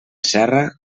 serra